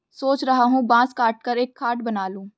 सोच रहा हूं बांस काटकर एक खाट बना लूं